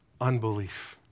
unbelief